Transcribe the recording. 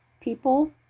people